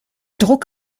druck